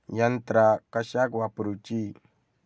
यंत्रा कशाक वापुरूची?